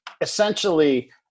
essentially